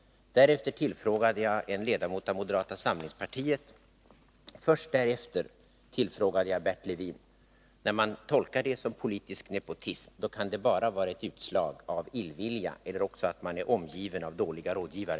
Därefter tillfrågade jag en ledamot av moderata samlingspartiet. Först därefter tillfrågade jag Bert Levin. Att man tolkar det som politisk nepotism kan bara vara ett utslag av illvilja, eller också av att man är omgiven av dåliga rådgivare.